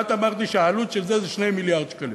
את אמרת לי שהעלות של זה היא 2 מיליארד שקלים,